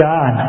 God